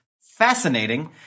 fascinating